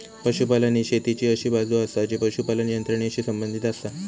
पशुपालन ही शेतीची अशी बाजू आसा जी पशुपालन यंत्रणेशी संबंधित आसा